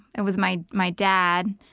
it was my my dad,